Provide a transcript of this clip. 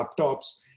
laptops